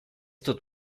dut